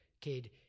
kid